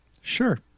Sure